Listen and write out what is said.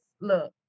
look